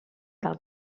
del